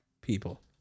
people